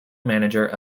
manager